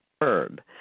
herb